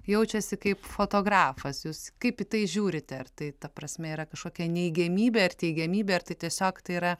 jaučiasi kaip fotografas jus kaip į tai žiūrite ar tai ta prasme yra kažkokia neigiamybė ar teigiamybė ar tai tiesiog tai yra